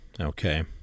okay